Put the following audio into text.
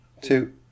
two